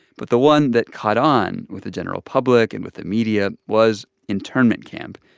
but the one that caught on with the general public and with the media was internment camp.